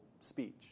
speech